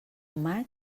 maig